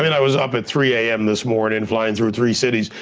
mean, i was up at three a m. this morning, flying through three cities,